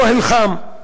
"אוהל חם"